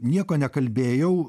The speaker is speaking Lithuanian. nieko nekalbėjau